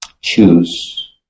choose